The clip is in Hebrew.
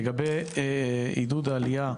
לגבי עידוד העלייה,